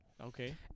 Okay